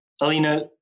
Alina